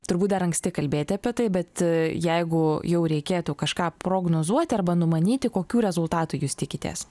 turbūt dar anksti kalbėti apie tai bet jeigu jau reikėtų kažką prognozuoti arba numanyti kokių rezultatų jūs tikitės